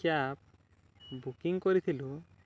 cab booking କରିଥିଲୁ